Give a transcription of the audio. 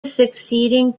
succeeding